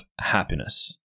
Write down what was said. happiness